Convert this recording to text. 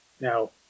Now